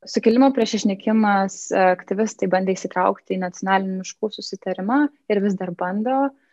sukilimo prieš išnykimas aktyvistai bandė įsitraukti į nacionalinį miškų susitarimą ir vis dar bando